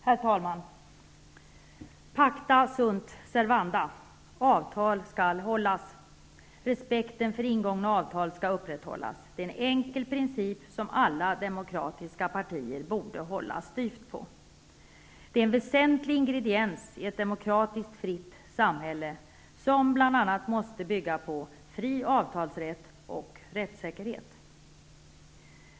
Herr talman! Pacta sunt servanda. Avtal skall hållas. Respekten för ingångna avtal skall upprätthållas. Detta är en enkel princip som alla demokratiska partier borde hålla styvt på. Det är en väsentlig ingrediens i ett demokratiskt fritt samhälle som bl.a. måste bygga på fri avtalsrätt och rättssäkerhet.